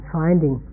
finding